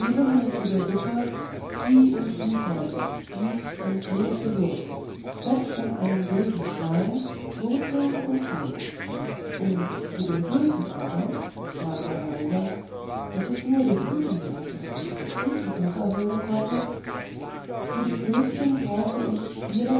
mir zu der suppe die und die kräuter dies und jenes gewürz fett von einem wilden schwein wurzeln und eier zu den klößchen aber sprach er leiser daß es nur der küchenmeister und der frühstückmacher hören konnten zu den klößchen brauche ich